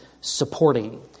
supporting